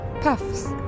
Puffs